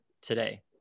today